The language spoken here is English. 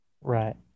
Right